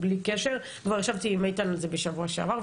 בלי קשר כבר ישבתי על זה עם איתן בשבוע שעבר,